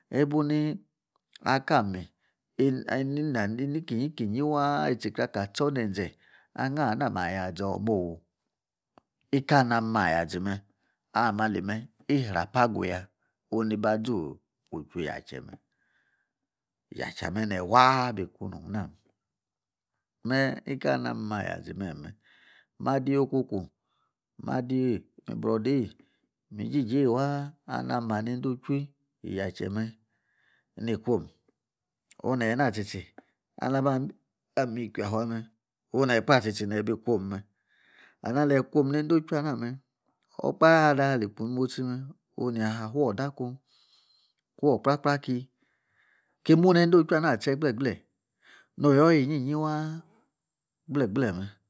Evenu akali ami inina ni kinyi kinyi, waa itchikere a kaa tchor nenze, ahin a hani nami aya zoor me ooh, ikah alei ni amim ayazi me amah ali me irapa guya. Oni ba zoo uchu yache me yache ame neyi waa bi ku nong na me. Mee ni ka alei ni a mim ayazi me ni me. Maa diyi okoku, maa diyi, brodei ni jijei waa aleini ama nei odochui yache me, ni kwom. Onu ne yi na tchi tchi alei ni aba… amiyi kwi yafa me onu nekpa tsi tsi neyi ni kwom me yi kuom neidotchuia ana me okpashe ada a li ku ni motchi me onu neyaa fuodoor akun konu woor okpa kpraki, ki muni eido tchua na tche gle gle. Nor yoor yinyiyi waa gle gle me